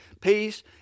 peace